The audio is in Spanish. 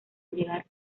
llegar